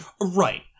Right